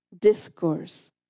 discourse